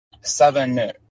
seven